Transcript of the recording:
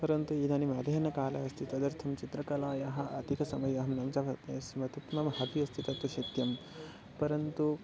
परन्तु इदानीमध्ययनकालः अस्ति तदर्थं चित्रकलायाः अधिकसमयः स्म तत् नाम हाबि अस्ति तत् सत्यं परन्तु